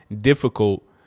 difficult